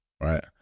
right